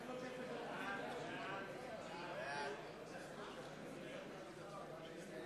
הודעת הממשלה על רצונה